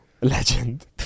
Legend